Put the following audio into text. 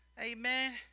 Amen